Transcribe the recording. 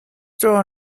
throwing